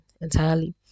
entirely